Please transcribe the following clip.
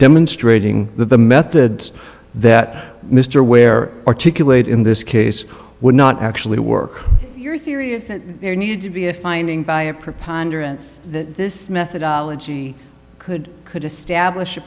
demonstrating that the method that mr ware articulate in this case would not actually work your theory is that there needed to be a finding by a preponderance that this methodology could could establish a